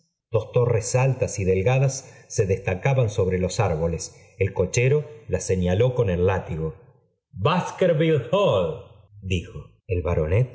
dos torres altas y delgadas se destacaban sobre los árboles el cochero las señaló con el látigo baskerville hall dijo el baronet